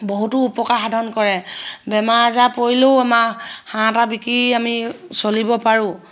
বহুতো উপকাৰ সাধন কৰে বেমাৰ আজাৰ পৰিলেও আমাৰ হাঁহ এটা বিকি আমি চলিব পাৰোঁ